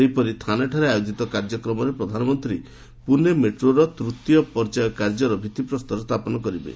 ସେହିପରି ଥାନେଠାରେ ଆୟୋଜିତ କାର୍ଯ୍ୟକ୍ରମରେ ପ୍ରଧାନମନ୍ତ୍ରୀ ପୁନେ ମେଟ୍ରୋର ତୃତୀୟ ପର୍ଯ୍ୟାୟ କାର୍ଯ୍ୟର ଭିଭିପ୍ରସ୍ତର ସ୍ଥାପନ କରିବେ